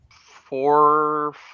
four